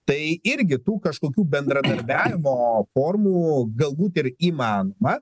tai irgi tų kažkokių bendradarbiavimo formų galbūt ir įmanoma